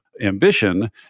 Ambition